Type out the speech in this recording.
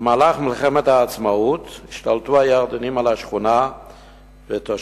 במהלך מלחמת העצמאות השתלטו הירדנים על השכונה ותושבים